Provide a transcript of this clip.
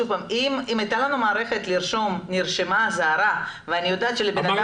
או אם הייתה לנו מערכת לכתוב בה שנרשמה אזהרה --- קיימת מערכת.